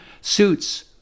suits